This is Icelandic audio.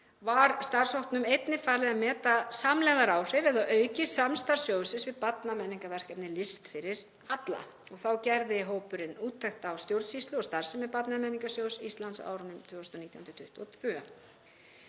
var starfshópnum einnig falið að meta samlegðaráhrif eða aukið samstarf sjóðsins við barnamenningarverkefnið List fyrir alla. Þá gerði hópurinn úttekt á stjórnsýslu og starfsemi Barnamenningarsjóðs Íslands á árunum 2019–2022.